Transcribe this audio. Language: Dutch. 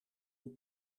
een